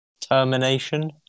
termination